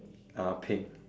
uh pink